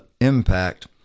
impact